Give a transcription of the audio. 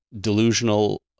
delusional